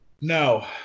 no